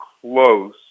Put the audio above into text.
close